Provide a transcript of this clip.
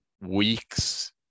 Weeks